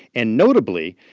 and notably,